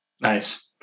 Nice